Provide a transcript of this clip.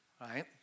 Right